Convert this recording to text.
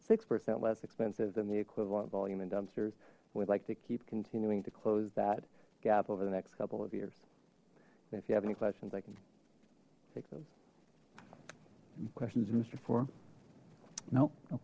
six percent less expensive than the equivalent volume and dumpsters we'd like to keep continuing to close that gap over the next couple of years if you have any questions i can take those questions mister for no no